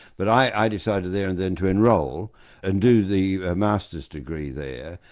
but i decided there and then to enrol and do the masters degree there,